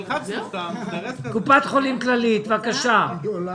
נציג קופת חולים כללית, עידו לקס,